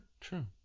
true